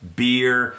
beer